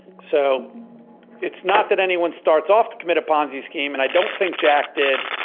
so it's not that anyone starts off to commit a ponzi scheme and i don't think jack did.